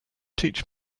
teach